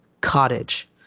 cottage